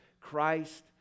christ